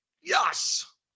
Yes